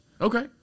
Okay